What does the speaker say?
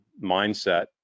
mindset